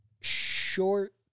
short